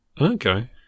okay